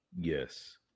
yes